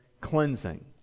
cleansing